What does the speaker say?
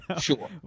Sure